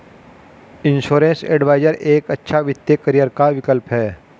insurance adviser एक अच्छा वित्तीय करियर का विकल्प है